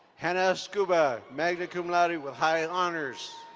hannah scuba, magna cum laude with high honors.